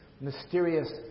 mysterious